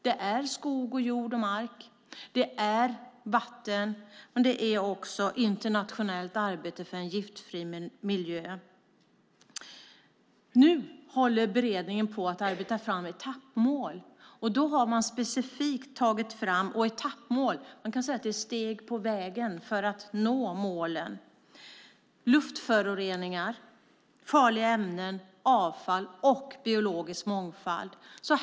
Det är skog, jord och mark, det är vatten och det är också internationellt arbete för en giftfri miljö. Nu håller beredningen på att arbeta fram etappmål. Man kan säga att etappmål är steg på vägen för att nå målen. Det handlar om luftföroreningar, farliga ämnen, avfall och biologisk mångfald.